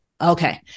Okay